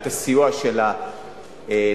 את הסיוע שלה לאזרחים.